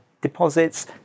deposits